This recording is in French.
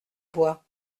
bois